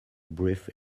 brief